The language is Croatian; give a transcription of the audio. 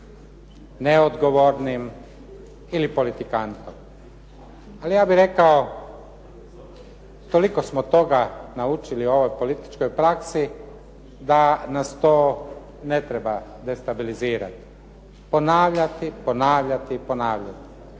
neodgovornim ili politikantom. Ali ja bih rekao toliko smo toga naučili u ovoj političkoj praksi da nas to ne treba destabilizirati. Ponavljati, ponavljati i ponavljati.